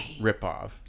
ripoff